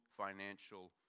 financial